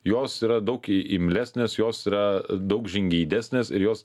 jos yra daug i imlesnės jos yra daug žingeidesnės ir jos